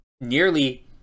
nearly